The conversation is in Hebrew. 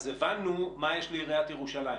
הבנו מה יש לעיריית ירושלים.